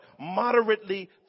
moderately